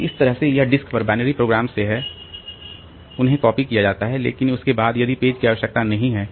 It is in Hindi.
तो इस तरह से यह डिस्क पर बाइनरी प्रोग्राम से है इसलिए उन्हें कॉपी किया जाता है लेकिन उसके बाद यदि पेज की आवश्यकता नहीं है